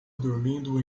dormindo